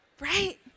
Right